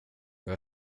jag